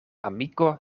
amiko